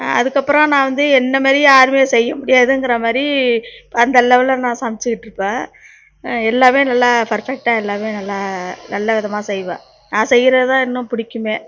அதுக்கப்புறோம் நான் வந்து என்னை மாரி யாருமே செய்ய முடியாதுங்கிற மாதிரி அந்த லெவலில் நான் சமைச்சிகிட்டு இருப்பேன் எல்லாமே நல்லா பர்ஃபெக்டாக எல்லாமே நல்லா நல்ல விதமாக செய்வேன் நான் செய்வது தான் இன்னும் பிடிக்குமே